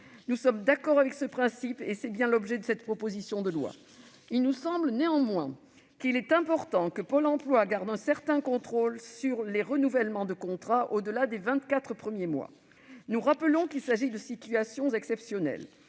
Nous sommes d'accord avec ce principe et c'est bien l'objet de cette proposition de loi. Il nous semble néanmoins qu'il est important que Pôle emploi garde un certain contrôle sur les renouvellements de contrats, au-delà des vingt-quatre premiers mois ; il s'agit, rappelons-le, de situations exceptionnelles.